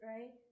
Right